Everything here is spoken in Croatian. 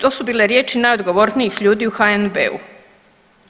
To su bile riječi najodgovornijih ljudi u HNB-u.